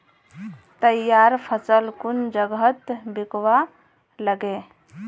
तैयार फसल कुन जगहत बिकवा लगे?